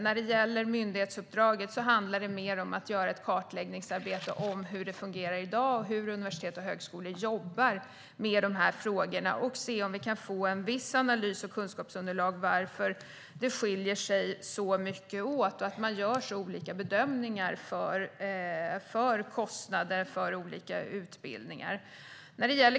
När det gäller myndighetsuppdraget handlar det mer om ett kartläggningsarbete för att se hur det fungerar i dag och hur universitet och högskolor jobbar med dessa frågor - detta för att vi ska kunna få en viss analys av och kunskapsunderlag till varför det skiljer sig så mycket åt och varför man gör så olika bedömningar av kostnader för olika utbildningar.